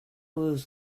was